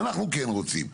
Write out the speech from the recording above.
אנחנו כן רוצים.